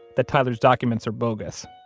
that tyler's documents are bogus.